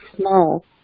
small